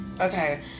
okay